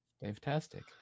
fantastic